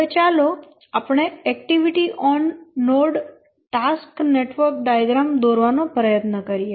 હવે ચાલો આપણે activity on node task network diagram દોરવાનો પ્રયત્ન કરીએ